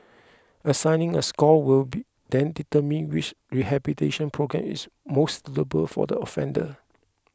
assigning a score will be then determine which rehabilitation programme is most suitable for the offender